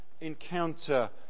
encounter